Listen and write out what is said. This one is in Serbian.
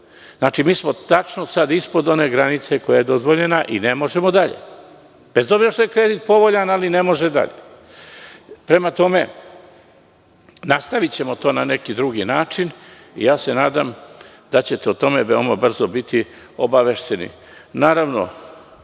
Mi smo tačno sad ispod one granice koja je dozvoljena i ne možemo dalje, bez obzira što je kredit povoljan, ali ne može dalje. Nastavićemo to na neki drugi način. Nadam se da ćete o tome veoma brzo biti obavešteni.